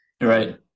Right